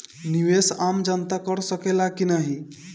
निवेस आम जनता कर सकेला की नाहीं?